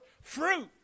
fruit